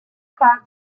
clouds